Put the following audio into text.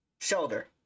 Shoulder